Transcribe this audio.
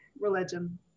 religion